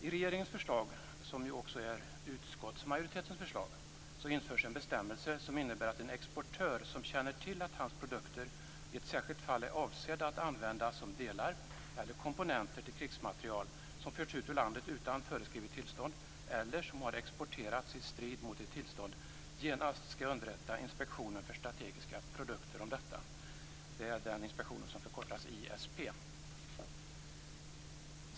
I regeringens förslag, som ju också är utskottsmajoritetens förslag, införs en bestämmelse som innebär att en exportör som känner till att hans produkter i ett särskilt fall är avsedda att användas som delar av, eller komponenter i, krigsmateriel som förts ut ur landet utan föreskrivet tillstånd, eller som har exporterats i strid mot ett tillstånd, genast skall underrätta Inspektionen för strategiska produkter om detta. Det är den inspektion som förkortas ISP.